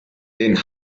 den